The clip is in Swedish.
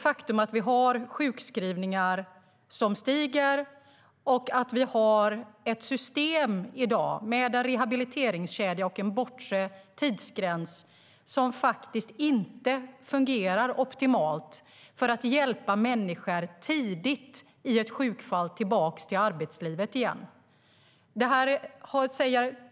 Faktum är att vi har sjukskrivningar som stiger, och vi har i dag ett system med en rehabiliteringskedja och en bortre tidsgräns som inte fungerar optimalt för att tidigt i ett sjukfall hjälpa människor tillbaka till arbetslivet igen.